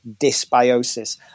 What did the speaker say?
dysbiosis